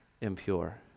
impure